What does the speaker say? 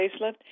facelift